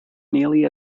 nearly